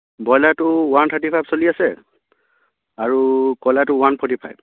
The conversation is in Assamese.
ব্ৰইলাৰটো ওৱান থাৰ্টি ফাইভ চলি আছে আৰু কইলাৰটো ওৱান ফৰ্টি ফাইভ